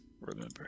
remember